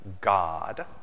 God